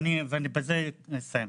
ובזה אני אסיים,